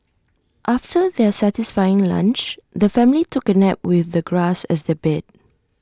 after their satisfying lunch the family took A nap with the grass as their bed